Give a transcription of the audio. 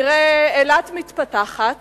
נראה אילת מתפתחת